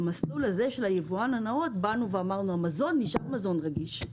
במסלול הזה של היבואן הנאות אמרנו שהמזון נשאר מזון רגיש,